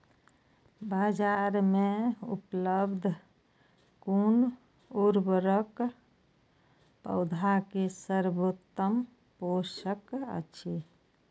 बाजार में उपलब्ध कुन उर्वरक पौधा के सर्वोत्तम पोषक अछि?